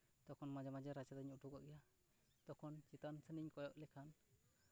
ᱛᱚᱠᱷᱚᱱ ᱢᱟᱡᱷᱮ ᱢᱟᱡᱷᱮ ᱨᱟᱪᱟ ᱛᱮᱧ ᱩᱰᱩᱠᱚᱜ ᱜᱮᱭᱟ ᱛᱚᱠᱷᱚᱱ ᱪᱮᱛᱟᱱ ᱥᱮᱱᱤᱧ ᱠᱚᱭᱚᱜ ᱞᱮᱠᱷᱟᱱ